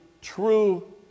true